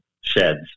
sheds